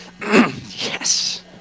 Yes